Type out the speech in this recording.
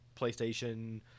PlayStation